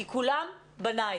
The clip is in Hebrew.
כי כולם בניי.